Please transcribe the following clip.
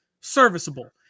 serviceable